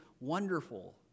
wonderful